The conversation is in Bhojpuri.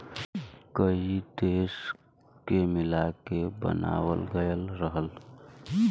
कई देश के मिला के बनावाल गएल रहल